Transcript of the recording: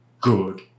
good